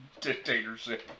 dictatorship